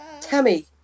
Tammy